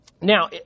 Now